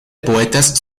poetas